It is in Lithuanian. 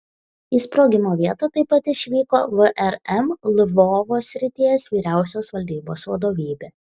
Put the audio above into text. į sprogimo vietą taip pat išvyko vrm lvovo srities vyriausios valdybos vadovybė